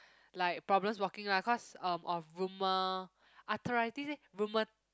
like problems walking ah cause um of rheuma~ arthritis eh rheuma~